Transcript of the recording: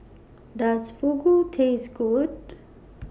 Does Fugu Taste Good